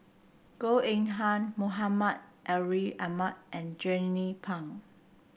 Goh Eng Han Muhammad Ariff Ahmad and Jernnine Pang